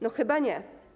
No chyba nie.